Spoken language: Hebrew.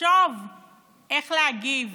לחשוב איך להגיב.